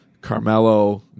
Carmelo